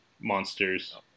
monsters